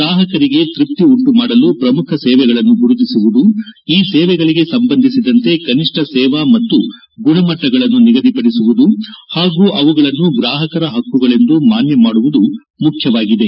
ಗ್ರಾಹಕರಿಗೆ ತೃಪ್ತಿ ಉಂಟುಮಾಡಲು ಪ್ರಮುಖ ಸೇವೆಗಳನ್ನು ಗುರುತಿಸುವುದು ಈ ಸೇವೆಗಳಿಗೆ ಸಂಬಂಧಿಸಿದಂತೆ ಕನಿಷ್ಣ ಸೇವಾ ಮತ್ತು ಗುಣಮಟ್ಟಗಳನ್ನು ನಿಗದಿಪಡಿಸುವುದು ಹಾಗೂ ಅವುಗಳನ್ನು ಗ್ರಾಹಕರ ಹಕ್ಕುಗಳೆಂದು ಮಾನ್ಯ ಮಾಡುವುದು ಮುಖ್ಯವಾಗಿದೆ